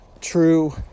true